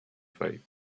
faith